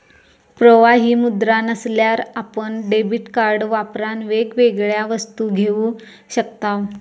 प्रवाही मुद्रा नसल्यार आपण डेबीट कार्ड वापरान वेगवेगळ्या वस्तू घेऊ शकताव